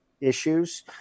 Issues